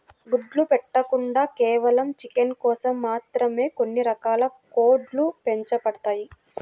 గుడ్లు పెట్టకుండా కేవలం చికెన్ కోసం మాత్రమే కొన్ని రకాల కోడ్లు పెంచబడతాయి